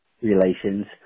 relations